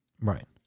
Right